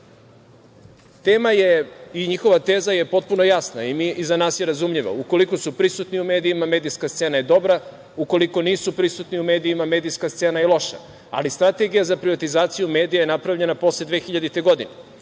je i njihova teza je potpuno jasna i za nas je razumljiva. Ukoliko su prisutni u medijima, medijska scena je dobra, ukoliko nisu prisutni u medijima, medijska scena je loša, ali strategija za privatizaciju medija je napravljena posle 2000. godine